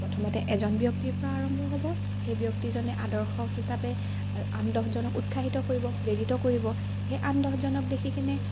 প্ৰথমতে এজন ব্যক্তিৰ পৰা আৰম্ভ হ'ব সেই ব্যক্তিজনে আদৰ্শক হিচাপে আন দহজনক উৎসাহিত কৰিব প্ৰেৰিত কৰিব সেই আন দহজনক দেখি কেনে